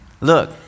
look